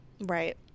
Right